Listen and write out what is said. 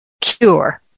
cure